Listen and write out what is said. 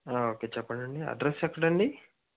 okay చెప్పండండి address ఎక్కడండి